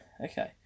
Okay